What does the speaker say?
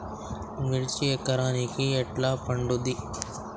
మిర్చి ఎకరానికి ఎట్లా పండుద్ధి?